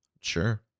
Sure